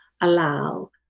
allow